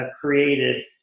created